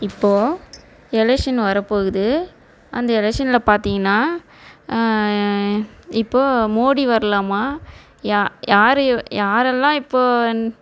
இப்போது எலெக்ஷன் வர போகுது அந்த எலெக்ஷனில் பார்த்தீங்கன்னா இப்போது மோடி வரலாமா யா யார் யாரெல்லாம் இப்போது